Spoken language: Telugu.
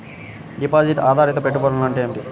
డిపాజిట్ ఆధారిత పెట్టుబడులు అంటే ఏమిటి?